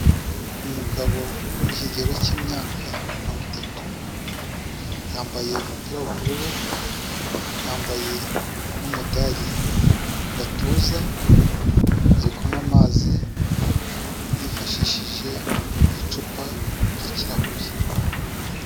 Umugabo uri mu kigero cy'imyaka mirongo itatu, yambaye umupira w'ubururu, yambaye n'umudari mu gatuza, ari kunywa amazi yifashishije icupa ry'ikirahure.